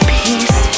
peace